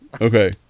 Okay